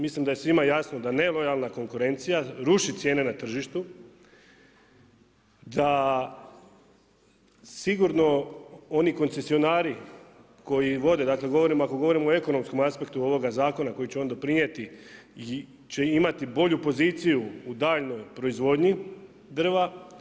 Mislim da je svima jasno da nelojalna konkretnija ruši cijene na tržištu, da sigurno oni koncesionari, koji vode, dakle, govorim ako govorimo o ekonomskom aspektu ovoga zakona, koji će on doprinijeti i će imati bolju poziciju, u daljnjoj proizvodnji drva.